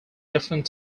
different